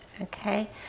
okay